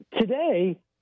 today